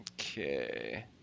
Okay